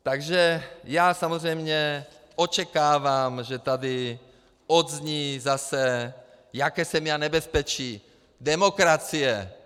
Takže samozřejmě očekávám, že tady zazní zase, jaké jsem já nebezpečí demokracie.